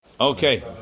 Okay